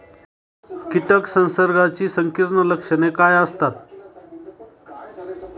कीटक संसर्गाची संकीर्ण लक्षणे काय असतात?